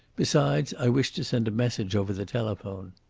besides, i wish to send a message over the telephone.